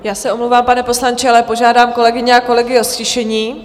Já se omlouvám, pane poslanče, ale požádám kolegyně a kolegy o ztišení.